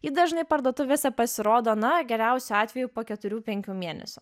ji dažnai parduotuvėse pasirodo na geriausiu atveju po keturių penkių mėnesių